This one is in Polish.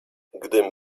gdym